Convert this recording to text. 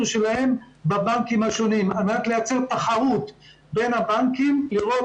שלהן בבנקים השונים כדי לייצר תחרות בין הבנקים ולראות